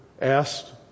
asked